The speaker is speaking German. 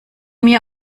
mir